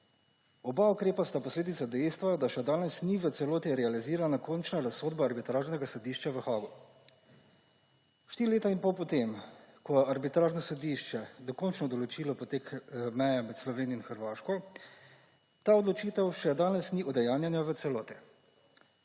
Oba ukrepa sta posledica dejstva, da še danes ni v celoti realizirana končna razsodba arbitražnega sodišča v Haagu. Štiri leta in pol po tem, ko je arbitražno sodišče dokončno določilo potek meje med Slovenijo in Hrvaško, ta odločitev še danes ni udejanjena v celoti.